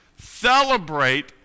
celebrate